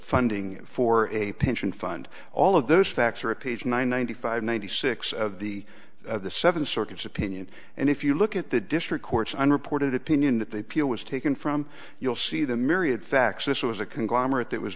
funding for a pension fund all of those facts are at page nine ninety five ninety six of the seven circuits opinion and if you look at the district court's unreported opinion that they feel was taken from you'll see the